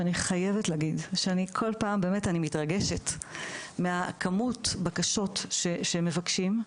שאני חייבת להגיד שכל פעם באמת מתרגשת מכמות הבקשות שהם מבקשים.